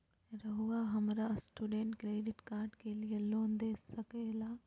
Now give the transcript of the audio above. रहुआ हमरा student credit card के लिए लोन दे सके ला?